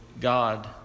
God